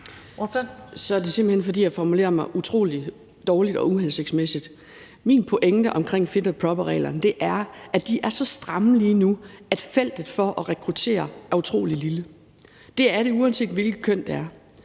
Så er det simpelt hen, fordi jeg formulerer mig utrolig dårligt og uhensigtsmæssigt. Min pointe omkring fit and proper-reglerne er, at de er så stramme lige nu, at feltet for at rekruttere er utrolig lille. Det er det, uanset hvilket køn der er